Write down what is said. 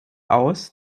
aus